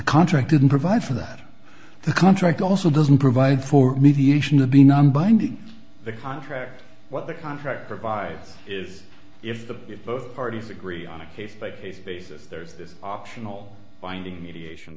contract didn't provide for that the contract also doesn't provide for mediation to be non binding the contract what the contract provides is if the if both parties agree on a case by case basis there's this optional binding mediation